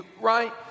right